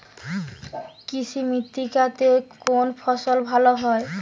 কৃষ্ণ মৃত্তিকা তে কোন ফসল ভালো হয়?